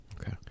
Okay